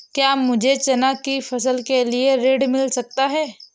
क्या मुझे चना की फसल के लिए ऋण मिल सकता है?